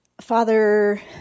Father